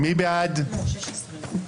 אני באמת שואל.